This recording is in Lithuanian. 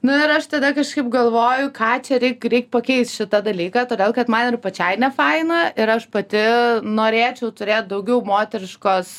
nu ir aš tada kažkaip galvoju ką čia reik reik pakeis šitą dalyką todėl kad man ir pačiai nefaina ir aš pati norėčiau turėt daugiau moteriškos